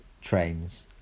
trains